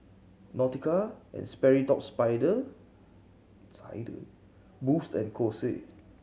Nautica and Sperry Top Spider Sider Boost and Kose